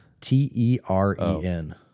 T-E-R-E-N